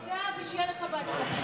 תודה, ושיהיה לך בהצלחה.